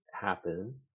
happen